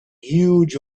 huge